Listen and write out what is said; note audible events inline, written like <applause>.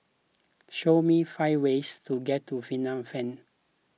<noise> show me five ways to get to Phnom Penh